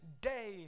day